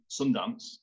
Sundance